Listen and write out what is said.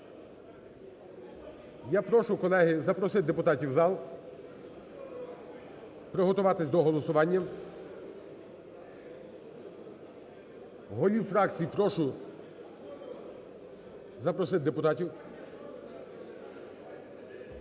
Я прошу, колеги, запросити депутатів в зал, приготуватись до голосування. Голів фракцій прошу запросити депутатів.